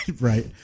Right